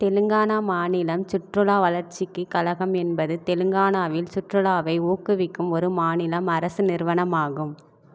தெலுங்கானா மாநிலம் சுற்றுலா வளர்ச்சிக்கு கலகம் என்பது தெலுங்கானாவில் சுற்றுலாவை ஊக்குவிக்கும் ஒரு மாநிலம் அரசு நிறுவனமாகும்